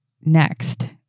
next